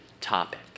topic